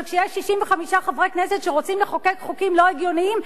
וכשיש 65 חברי כנסת שרוצים לחוקק חוקים לא הגיוניים,